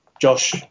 Josh